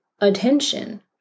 attention